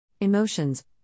Emotions